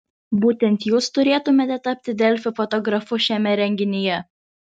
būtent jūs turėtumėte tapti delfi fotografu šiame renginyje